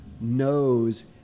knows